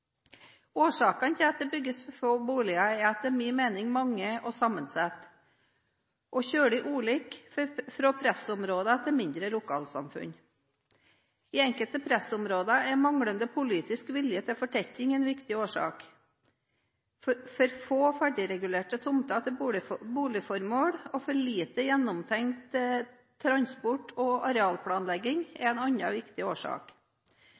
Årsakene til at det bygges for få boliger er etter min mening mange og sammensatte og veldig ulike fra pressområder og til mindre lokalsamfunn. I enkelte pressområder er manglende politisk vilje til fortetting en viktig årsak. For få ferdigregulerte tomter til boligformål og for lite gjennomtenkt transport- og arealplanlegging er en annen viktig årsak.